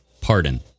PARDON